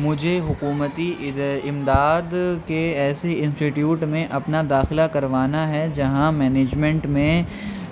مجھے حکومتی اِد امداد کے ایسے انسٹیٹیوٹ میں اپنا داخلہ کروانا ہے جہاں مینجمنٹ میں